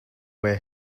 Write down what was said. wear